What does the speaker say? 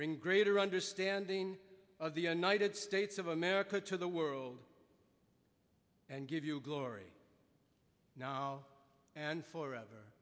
bring greater understanding of the united states of america to the world and give you glory now and forever